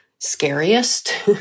scariest